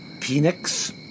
Phoenix